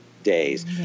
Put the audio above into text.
Days